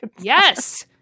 Yes